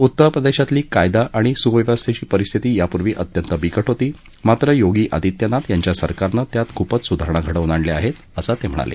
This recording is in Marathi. उत्तर प्रदेशातली कायदा आणि सुव्यवस्थेची परिस्थिती यापूर्वी अत्यंत बिक होती मात्र योगी आदित्यनाथ यांच्या सरकारनं त्यात खूपच सुधारणा घडवून आपल्या आहेत असं ते म्हणाले